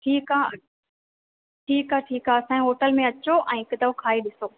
ठीकु आहे ठीकु आहे ठीकु आहे असांजे होटल में अचो ऐं हिकु दफ़ो खाई ॾिसो